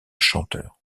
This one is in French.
chanteur